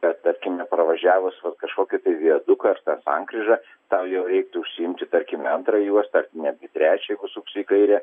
kad tarkim pravažiavus kažkokį tai viaduką ar tą sankryžą tau jau reiktų užsiimti tarkime antrą juostą ar netgi trečią jeigu suksi į kairę